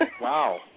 wow